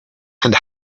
and